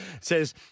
says